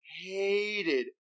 hated